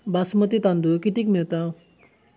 बासमती तांदूळ कितीक मिळता?